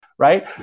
right